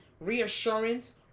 reassurance